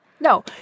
No